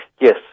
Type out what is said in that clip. Yes